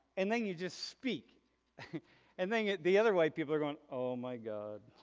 and then you just speak and then the other way people are going, oh my god,